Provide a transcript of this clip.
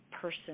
person